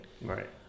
Right